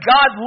God